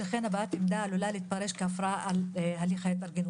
שכן הבעת עמדה עלולה להתפרש כהפרעה להליך ההתארגנות.